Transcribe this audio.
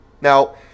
now